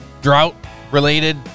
drought-related